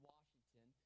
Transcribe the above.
Washington